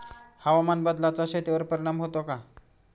हवामान बदलाचा शेतीवर परिणाम होतो का?